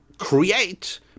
create